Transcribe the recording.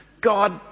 God